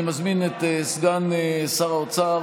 אני מזמין את סגן שר האוצר